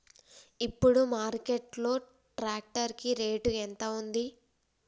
ఇప్పుడు మార్కెట్ లో ట్రాక్టర్ కి రేటు ఎంత ఉంది?